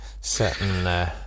Certain